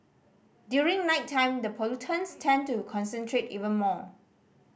during nighttime the pollutants tend to concentrate even more